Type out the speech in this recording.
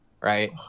right